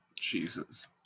Jesus